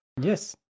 Yes